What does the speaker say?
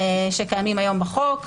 שקיימים בחוק,